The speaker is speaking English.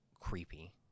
creepy